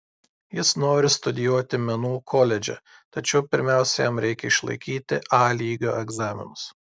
jis nori studijuoti menų koledže tačiau pirmiausia jam reikia išlaikyti a lygio egzaminus